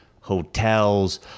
hotels